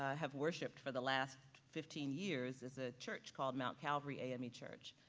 have worshipped for the last fifteen years is a church called mount calvary ame church.